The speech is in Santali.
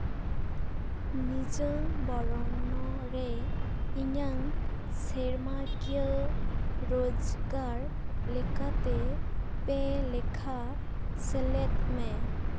ᱱᱤᱡᱟᱹᱣ ᱵᱚᱨᱱᱚ ᱨᱮ ᱤᱧᱟᱹᱝ ᱥᱮᱨᱢᱟᱠᱤᱭᱟᱹ ᱨᱳᱡᱽᱜᱟᱨ ᱞᱮᱠᱟᱛᱮ ᱯᱮ ᱞᱮᱠᱷᱟ ᱥᱮᱞᱮᱫᱽ ᱢᱮ